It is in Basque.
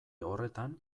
horretan